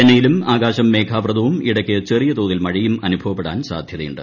ചെന്നൈയിലും ആകാശം മേഘാവൃതവും ഇടയ്ക്ക് ചെറിയ തോതിൽ മഴയും അനുഭവപ്പെടാൻ സാധൃതയുണ്ട്